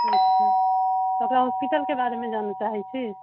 अच्छा तऽ ओकरा हॉस्पिटल के बारेमे जानऽ चाहै छी